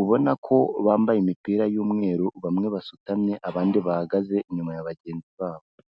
ubona ko bambaye imipira y'umweru, bamwe basutamye, abandi bahagaze inyuma ya bagenzi babo